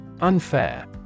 Unfair